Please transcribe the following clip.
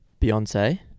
Beyonce